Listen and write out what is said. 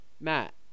Matt